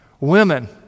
Women